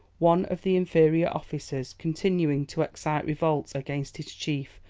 one of the inferior officers, continuing to excite revolt against his chief,